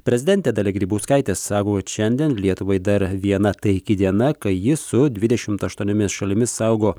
prezidentė dalia grybauskaitė sako kad šiandien lietuvai dar viena taiki diena kai ji su dvidešimt aštuoniomis šalimis saugo